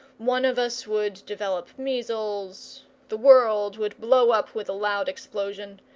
one of us would develop measles, the world would blow up with a loud explosion.